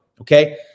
Okay